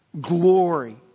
Glory